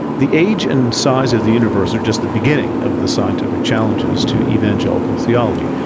the age and size of the universe are just the beginning of the scientific challenges to evangelical theology.